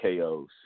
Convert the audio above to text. KOs